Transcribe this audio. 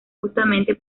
justamente